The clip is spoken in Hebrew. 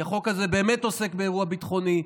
כי החוק הזה באמת עוסק באירוע ביטחוני.